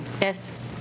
Yes